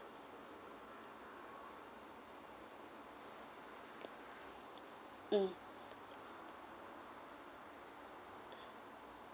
mm